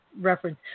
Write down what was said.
reference